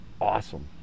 awesome